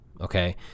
Okay